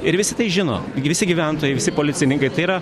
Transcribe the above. ir visi tai žino gi visi gyventojai visi policininkai tai yra